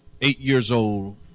eight-years-old